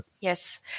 Yes